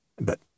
But